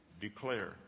declare